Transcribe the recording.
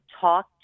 talk